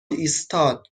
ایستاد